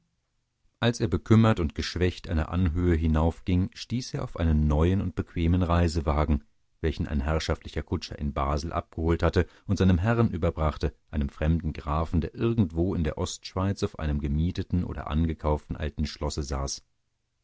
als er bekümmert und geschwächt eine anhöhe hinaufging stieß er auf einen neuen und bequemen reisewagen welchen ein herrschaftlicher kutscher in basel abgeholt hatte und seinem herrn überbrachte einem fremden grafen der irgendwo in der ostschweiz auf einem gemieteten oder angekauften alten schlosse saß